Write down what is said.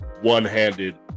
one-handed